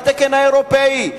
התקן האירופי.